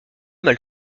mal